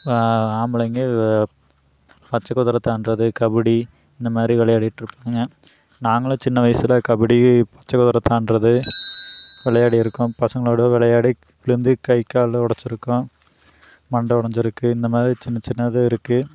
ஆம்பளைங்க பச்சை குதிர தாண்டுறது கபடி இந்தமாதிரி விளையாடிட் இருப்பாங்க நாங்களும் சின்ன வயசுல கபடி பச்சை குதிர தாண்டுகிறது விளையாடி இருக்கோம் பசங்களோட விளையாடி விழுந்து கை கால் உடச்சிருக்கோம் மண்டை உடஞ்சிருக்கு இந்தமாதிரி சின்ன சின்னது இருக்குது